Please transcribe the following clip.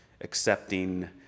accepting